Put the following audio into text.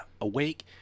awake